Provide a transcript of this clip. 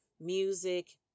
music